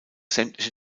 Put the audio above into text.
sämtliche